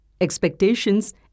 expectations